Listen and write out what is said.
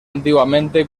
antiguamente